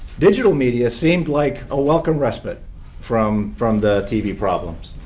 digital media seemed like a welcomed respite from from the tv problems,